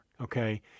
Okay